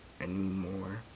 anymore